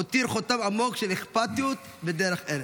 הותיר חותם עמוק של אכפתיות ודרך ארץ.